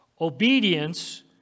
Obedience